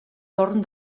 torn